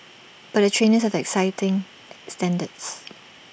but the trainers have exacting standards